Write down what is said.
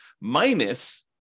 minus